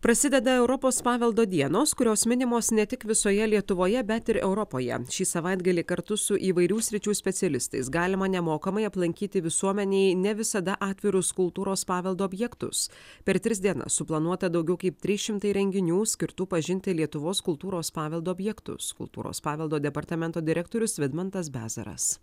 prasideda europos paveldo dienos kurios minimos ne tik visoje lietuvoje bet ir europoje šį savaitgalį kartu su įvairių sričių specialistais galima nemokamai aplankyti visuomenei ne visada atvirus kultūros paveldo objektus per tris dienas suplanuota daugiau kaip trys šimtai renginių skirtų pažinti lietuvos kultūros paveldo objektus kultūros paveldo departamento direktorius vidmantas bezaras